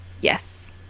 Yes